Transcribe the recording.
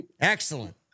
Excellent